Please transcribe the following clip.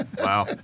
Wow